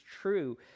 true